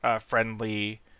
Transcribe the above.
friendly